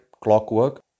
clockwork